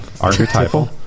Archetypal